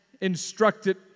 instructed